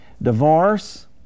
Divorce